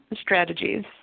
strategies